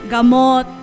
Gamot